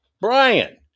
Brian